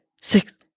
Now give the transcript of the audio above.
six